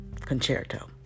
concerto